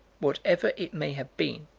whatever it may have been